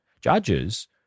judges